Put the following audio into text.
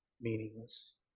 meaningless